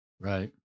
Right